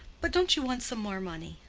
but don't you want some more money?